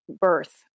birth